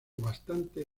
bastante